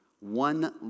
One